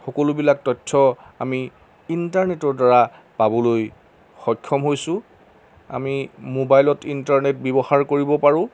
সকলোবিলাক তথ্য আমি ইণ্টাৰনেটৰ দ্বাৰা পাবলৈ সক্ষম হৈছোঁ আমি মোবাইলত ইণ্টাৰনেট ব্যৱহাৰ কৰিব পাৰোঁ